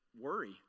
worry